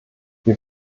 wir